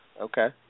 Okay